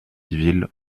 civile